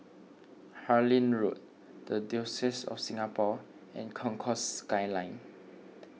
Harlyn Road the Diocese of Singapore and Concourse Skyline